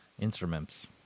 instruments